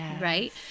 right